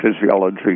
physiology